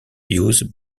used